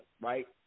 right